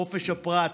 חופש הפרט,